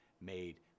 made